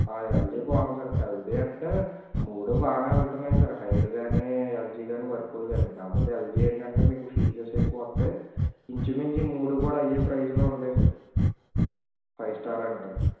LG బాగుంది sir LG అంటే మూడూ బాగా వెళ్తూన్నాయి సార్ హైర్ కానీ ఎల్జీ కానీ వర్ల్పూల్ కానీ కాకపోతే ఎల్జీ ఏంటంటే మీకు ఫీచర్స్ ఎక్కువ వస్తాయి ఇంచుమించు ఈ మూడు కూడా అవే ప్రైస్లో ఉంటాయి సార్ ఫైవ్ స్టార్ అంటే